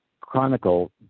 chronicle